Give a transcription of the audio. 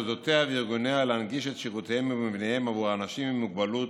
מוסדותיה וארגוניה להנגיש את שירותיהם ומבניהם עבור אנשים עם מוגבלות,